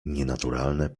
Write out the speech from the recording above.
nienaturalne